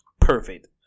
perfect